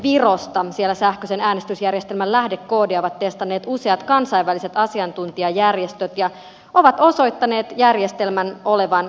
siellä sähköisen äänestysjärjestelmän lähdekoodia ovat testanneet useat kansainväliset asiantuntijajärjestöt ja ne ovat osoittaneet järjestelmän olevan luotettava